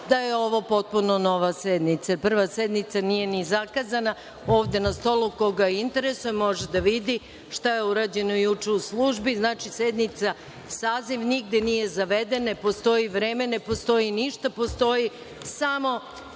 da je ovo potpuno nova sednica. Prva sednica nije ni zakazana. Ovde na stolu, koga interesuje, može da vidi šta je urađeno juče u službi. Znači, sednica, saziv nigde nije zaveden, ne postoji vreme, ne postoji ništa. Postoji samo